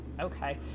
okay